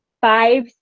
five